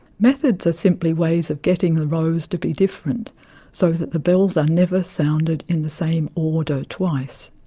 methods are simply ways of getting the rows to be different so that the bells are never sounded in the same order twice.